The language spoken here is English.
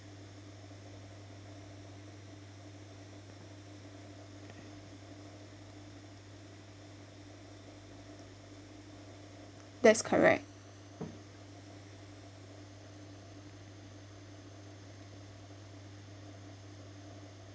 that's correct